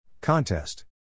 Contest